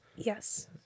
Yes